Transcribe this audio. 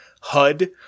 HUD